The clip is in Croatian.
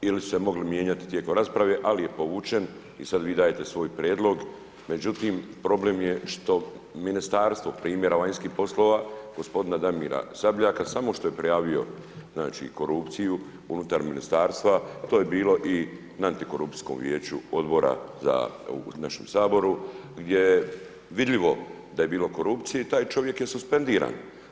Ili su se mogli mijenjati tijekom rasprave, ali je povučen i sad vi dajete svoj prijedlog, međutim, problem je što ministarstvo, primjera, vanjskih poslova, g. Damira Sabljaka, samo što je prijavio korupciju unutar ministarstva, to je bilo i na antikorupcijskom vijeću odbora za, u našem Saboru, gdje je vidljivo da je bilo korupcije i taj čovjek je suspendiran.